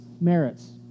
merits